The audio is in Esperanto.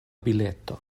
bileto